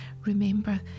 remember